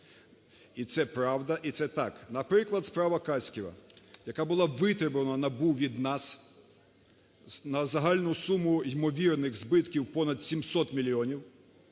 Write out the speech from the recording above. І це правда, і це так. Наприклад, справа Каськіва, яка була витребувана НАБУ від нас на загальну суму ймовірних збитків понад 700 мільйонів,